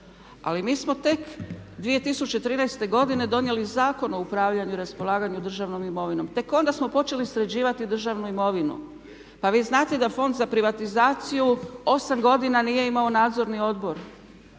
Ali mi smo tek 2013. godine donijeli Zakon o upravljanju i raspolaganju državnom imovinom, tek onda smo počeli sređivati državnu imovinu. Pa vi znate da Fond za privatizaciju 8 godina nije imao nadzorni odbor?